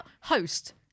host